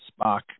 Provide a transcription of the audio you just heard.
Spock